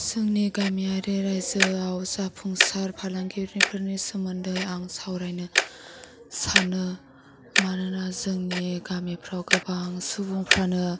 जोंनि गामियारि गामियाव जाफुंसार फालांगिरिफोरनि सोमोन्दै आं सावरायनो सानो मानोना जोंनि गामिफ्राव गोबां सुबुंफ्रानो